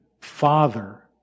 Father